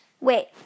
Wait